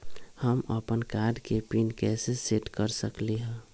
हम अपन कार्ड के पिन कैसे सेट कर सकली ह?